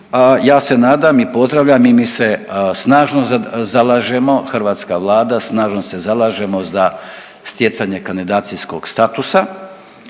ja se nadam i pozdravljam i mi se snažno zalažemo hrvatska vlada snažno se zalažemo za stjecanje kandidacijskog statusa